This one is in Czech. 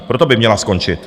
Proto by měla skončit.